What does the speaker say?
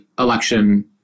election